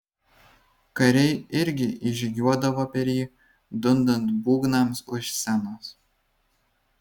kariai irgi įžygiuodavo per jį dundant būgnams už scenos